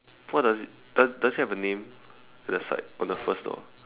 what does it does does it have a name at the side on the first door